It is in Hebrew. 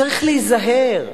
צריך להיזהר,